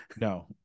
No